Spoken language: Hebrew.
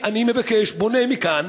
אני מבקש, פונה מכאן,